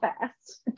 fast